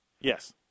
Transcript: yes